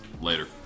Later